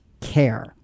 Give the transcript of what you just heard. care